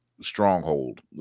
stronghold